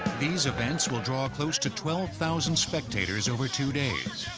these events will draw close to twelve thousand spectators over two days,